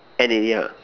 end it yeah